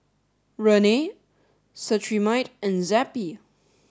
Rene Cetrimide and Zappy